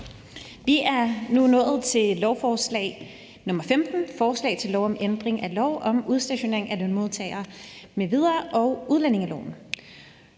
Vi er nu nået til lovforslag nr. 15, forslag til lov om ændring af lov om udstationering af lønmodtagere m.v. og udlændingeloven.